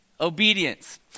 Obedience